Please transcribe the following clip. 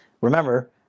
remember